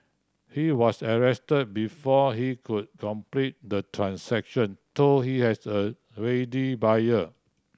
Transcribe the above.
he was arrested before he could complete the transaction though he had a ready buyer